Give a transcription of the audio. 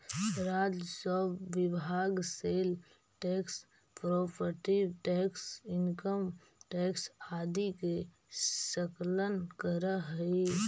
राजस्व विभाग sale tax property tax income tax आदि के संकलन करऽ हई